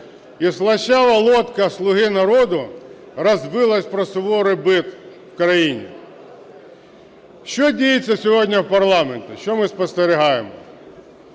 і "слащавая лодка" "Слуги народу" розбилась об суровый быт в країні. Що діється сьогодні в парламенті, що ми спостерігаємо?